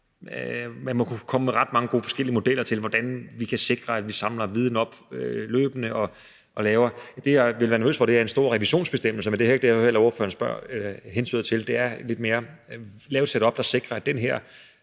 Man må kunne komme med ret mange forskellige gode modeller til, hvordan vi kan sikre, at vi samler viden op løbende. Det, jeg ville være nervøs for, er en stor revisionsbestemmelse, men det er heller ikke det, jeg hører ordføreren hentyder ti; det er mere at lave et setup, der sikrer, at den her